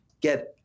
get